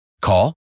Call